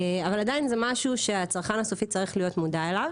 עדיין זה משהו שהצרכן הסופי צריך להיות מודע אליו.